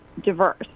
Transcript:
diverse